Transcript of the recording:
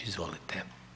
Izvolite.